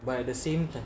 but at the same time